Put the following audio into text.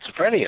schizophrenia